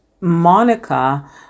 Monica